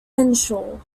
henshaw